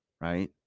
Right